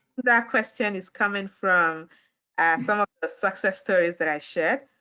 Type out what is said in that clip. that question is coming from some of the success stories that i shared.